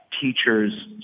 teachers